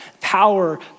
power